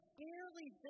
barely